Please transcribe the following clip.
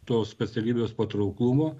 tos specialybės patrauklumo